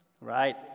Right